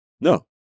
No